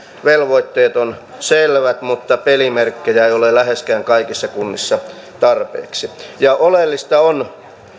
velvoitteet ovat selvät mutta pelimerkkejä ei ole läheskään kaikissa kunnissa tarpeeksi oleellista on